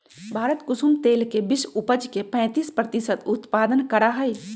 भारत कुसुम तेल के विश्व उपज के पैंतीस प्रतिशत उत्पादन करा हई